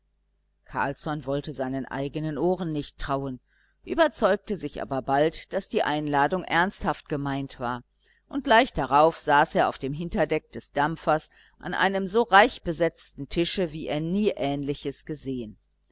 carlsson wollte seinen eigenen ohren nicht trauen überzeugte sich aber bald daß die einladung ernsthaft gemeint war und gleich darauf saß er auf dem hinterdeck des dampfers an einem so reichbesetzten tische wie er nie ähnliches gesehen